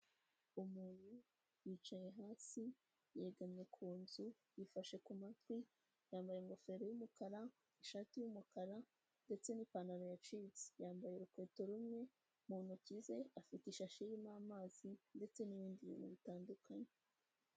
Umuntu yicaye hasi yegamye ku nzu yifashe ku matwi, yambaye ingofero y'umukara ishati y'umukara ndetse n'ipantaro yacitse, yambaye urukweto rumwe, mu ntoki ze afite ishashi irimo amazi ndetse n'ibindi bintu bitandukanye.